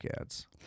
ads